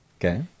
Okay